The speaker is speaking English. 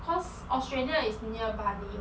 cause australia is near bali